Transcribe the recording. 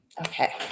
okay